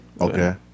Okay